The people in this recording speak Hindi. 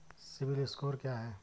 सिबिल स्कोर क्या है?